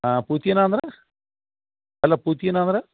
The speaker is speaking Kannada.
ಹಾಂ ಪೂತಿನ ಅಂದ್ರೆ ಅಲ್ಲ ಪೂತಿನ ಅಂದ್ರೆ